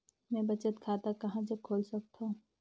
मैं बचत खाता कहां जग खोल सकत हों?